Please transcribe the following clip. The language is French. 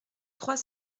trois